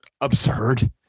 absurd